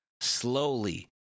slowly